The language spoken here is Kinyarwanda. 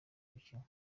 gukinwa